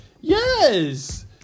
Yes